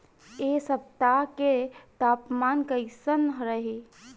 एह सप्ताह के तापमान कईसन रही?